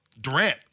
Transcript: Durant